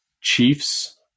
chiefs